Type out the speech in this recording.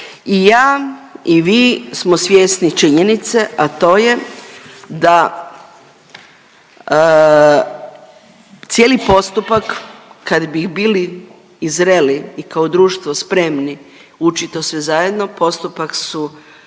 I ja i vi smo svjesni činjenice, a to je da cijeli postupak kad bi bili i zreli i kao društvo spremni učit to sve zajedno, postupak su